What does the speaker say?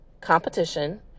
competition